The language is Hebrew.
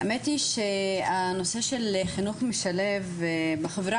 האמת היא שהנושא של חינוך משלב בחברה